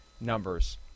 numbers